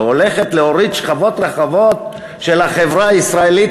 שהולכת להוריד שכבות רחבות של החברה הישראלית